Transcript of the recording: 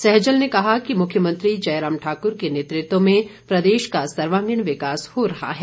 सैजल ने कहा कि मुख्यमंत्री जयराम ठाकुर के नेतृत्व में प्रदेश का सर्वांगीण विकास हो रहा है